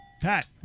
Pat